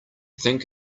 think